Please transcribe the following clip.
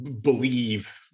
believe